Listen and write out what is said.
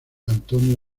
antonio